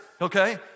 okay